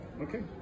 Okay